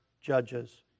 judges